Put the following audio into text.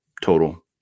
total